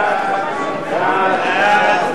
סעיף 1,